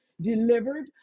delivered